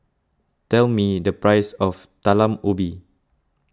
tell me the price of Talam Ubi